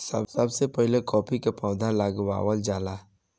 सबसे पहिले काफी के पौधा लगावल जाला